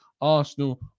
Arsenal